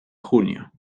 junio